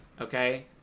okay